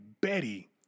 Betty